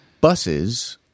buses